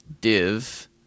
div